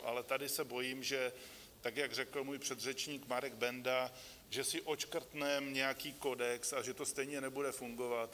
Ale tady se bojím, tak jak řekl můj předřečník Marek Benda, že si odškrtneme nějaký kodex a že to stejně nebude fungovat.